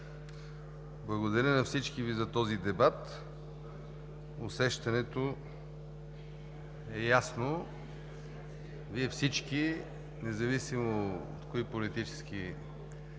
Благодаря на всички Ви за този дебат. Усещането е ясно. Вие всички, независимо кои политически